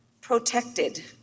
protected